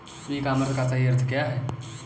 ई commerce का सही अर्थ क्या है?